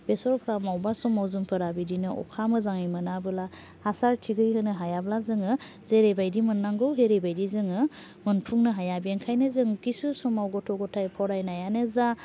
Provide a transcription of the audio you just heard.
बेसरफ्रा बबेबा समाव जोंफोरा बिदिनो अखा मोजाङै मोनाबोला हासार थिगै होनो हायाब्ला जोङो जेरैबायदि मोन्नांगौ एरैबायदि जोङो मोनफुंनो हाया बेखायनो जों खिसु समाव गथ' ग'थाय फरायनायानो जा